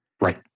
Right